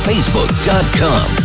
Facebook.com